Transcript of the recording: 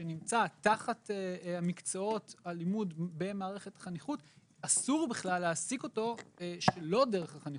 שנמצא תחת מקצועות החניכות אסור בכלל להעסיק אותו שלא דרך החניכות.